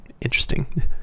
interesting